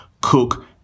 cook